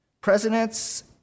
presidents